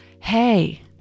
hey